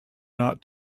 not